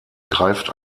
greift